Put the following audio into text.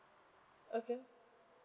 okay